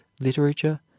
literature